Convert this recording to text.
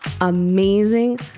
amazing